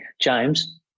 James